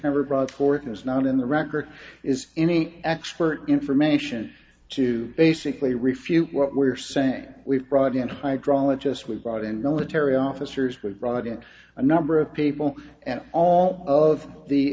never brought forth is not in the record is any expert information to basically refute what we're saying we've brought into hydrologist we've brought in military officer we've brought in a number of people and all of the